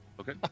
Okay